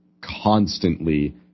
constantly